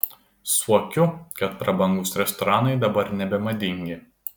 suokiu kad prabangūs restoranai dabar nebemadingi